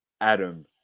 Adam